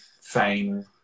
fame